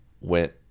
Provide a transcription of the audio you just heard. went